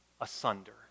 asunder